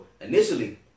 initially